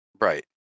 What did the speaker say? Right